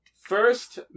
First